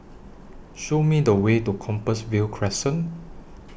Show Me The Way to Compassvale Crescent